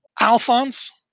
Alphonse